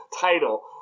Title